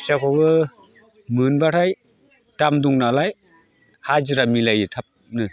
खुसियाखौबो मोनब्लाथाय दाम दं नालाय हाजिरा मिलायो थाबनो